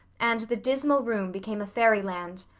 and the dismal room became a fairy-land.